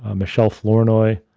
ah michele flournoy,